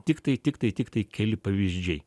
tiktai tiktai tiktai keli pavyzdžiai